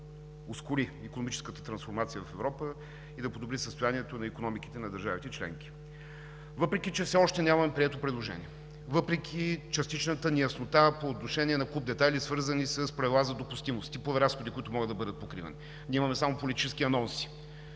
ускори икономическата трансформация в Европа и да подобри състоянието на икономиките на държавите членки. Въпреки че все още нямаме прието предложение, въпреки частичната неяснота по отношение на куп детайли, свързани с правила за допустимост, типове разходи, които могат да бъдат покривани, ние имаме само политически анонси,